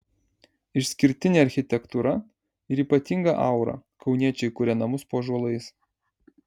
išskirtinė architektūra ir ypatinga aura kauniečiai kuria namus po ąžuolais